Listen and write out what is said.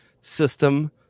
system